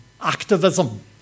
activism